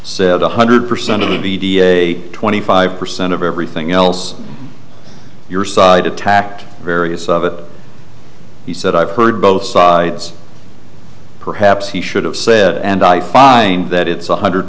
one hundred percent of the a twenty five percent of everything else your side attacked various of it he said i've heard both sides perhaps he should have said and i find that it's one hundred